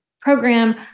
program